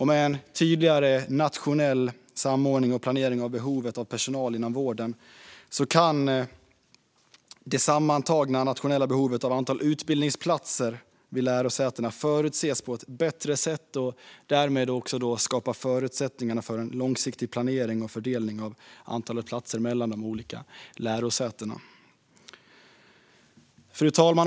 Med en tydligare nationell samordning och planering av behovet av personal inom vården kan det sammantagna nationella behovet av antalet utbildningsplatser vid lärosätena förutses på ett bättre sätt. Därmed kan man skapa förutsättningar för en långsiktig planering och fördelning av antalet platser mellan de olika lärosätena. Fru talman!